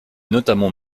notamment